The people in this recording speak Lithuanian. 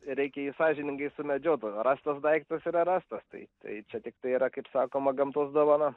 reikia jį sąžiningai sumedžiot o rastas daiktas yra rastas tai tai čia tiktai yra kaip sakoma gamtos dovana